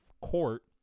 court